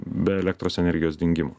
be elektros energijos dingimo